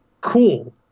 cool